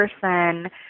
person